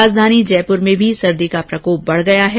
राजधानी जयपुर में भी सर्दी का प्रकोप बढ़ गया है